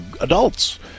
adults